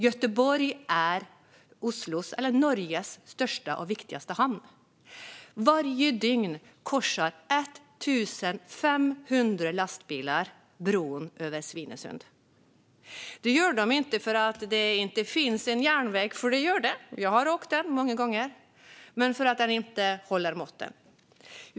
Göteborg är Norges största och viktigaste hamn. Varje dygn korsar 1 500 lastbilar bron över Svinesund. Det gör de inte därför att inte finns en järnväg, för det gör det - jag har åkt på den många gånger - utan därför att den inte håller måttet.